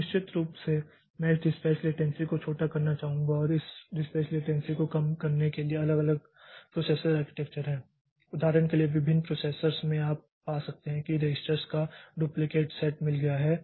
तो निश्चित रूप से मैं इस डिस्पाच लेटन्सी को छोटा करना चाहूँगा और इस डिस्पाच लेटन्सी को कम करने के लिए अलग अलग प्रोसेसर आर्किटेक्चर हैं उदाहरण के लिए विभिन्न प्रोसेसरों में आप पा सकते हैं कि हमें रजिस्टरों का डुप्लिकेट सेट मिल गया है